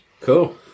Cool